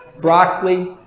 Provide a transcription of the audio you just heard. broccoli